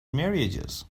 marriages